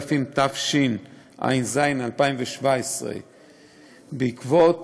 התשע"ז 2017. בעקבות